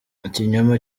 ikinyoma